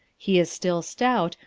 he is still stout,